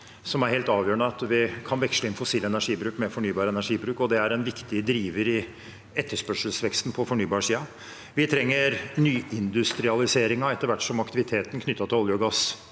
Det er helt avgjørende for at vi kan veksle inn fossil energibruk med fornybar energibruk, og det er en viktig driver i etterspørselsveksten på fornybarsiden. Vi trenger nyindustrialiseringen etter hvert som aktiviteten knyttet til olje og gass